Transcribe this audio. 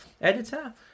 editor